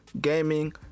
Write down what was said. gaming